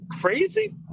crazy